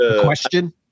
question